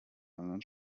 anderen